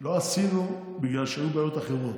לא עשינו, בגלל שהיו בעיות אחרות.